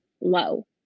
low